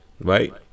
right